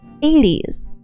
80s